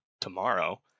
tomorrow